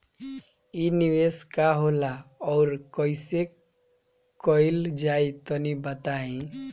इ निवेस का होला अउर कइसे कइल जाई तनि बताईं?